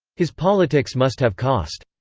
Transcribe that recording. his politics must have cost.